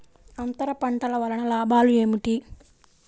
అంతర పంటల వలన లాభాలు ఏమిటి?